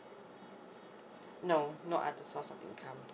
no no other source of income